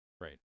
Right